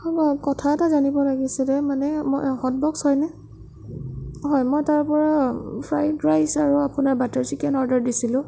হয় মই কথা এটা জানিব লাগিছিলে মানে মই হটবস্ক হয়নে হয় মই তাৰপৰা ফ্ৰাইড ৰাইচ আৰু আপোনাৰ বাটাৰ চিকেন অৰ্ডাৰ দিছিলোঁ